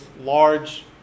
large